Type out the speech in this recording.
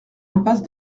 impasse